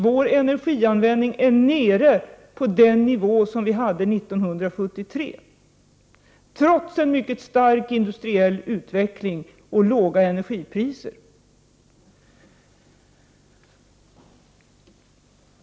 Vår energianvändning är nere på den nivå som vi hade 1973, trots en mycket stark industriell utveckling och låga energipriser.